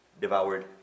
devoured